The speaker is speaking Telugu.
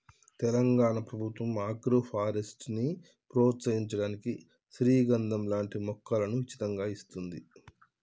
తెలంగాణ ప్రభుత్వం ఆగ్రోఫారెస్ట్ ని ప్రోత్సహించడానికి శ్రీగంధం లాంటి మొక్కలను ఉచితంగా ఇస్తోంది